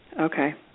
Okay